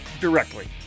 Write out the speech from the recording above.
directly